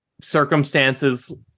Circumstances